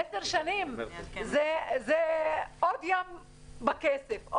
זה עוד ימבה כסף.